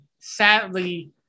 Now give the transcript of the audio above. sadly